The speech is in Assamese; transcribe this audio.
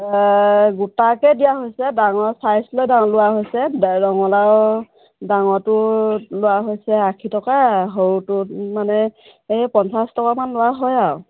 গোটাকে দিয়া হৈছে ডাঙৰ চাইজ লৈ দাম লোৱা হৈছে ৰঙালাও ডাঙৰটোত লোৱা হৈছে আশী টকা আৰু সৰুটোত মানে এই পঞ্চাছ টকা মান লোৱা হয় আৰু